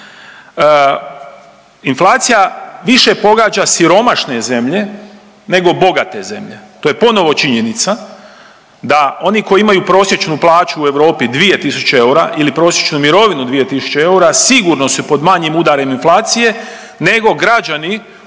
Inflacija više pogađa siromašne zemlje nego bogate zemlje, to je ponovo činjenica da oni koji imaju prosječnu plaću u Europi 2.000 eura ili prosječnu mirovinu 2.000 eura sigurno su pod manjim udarom inflacije nego građani